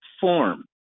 form